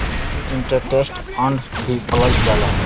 times interest earned भी बोलल जाला